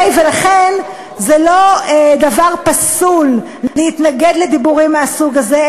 ולכן זה לא דבר פסול להתנגד לדיבורים מהסוג הזה,